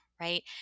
right